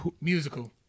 Musical